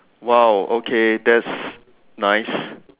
!wow! okay that's nice